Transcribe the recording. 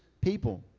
people